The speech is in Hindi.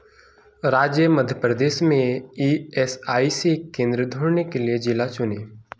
राज्य मध्यप्रदेश में ई एस आई सी केंद्र ढूंनने के लिए जिला चुनें